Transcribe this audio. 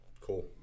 Cool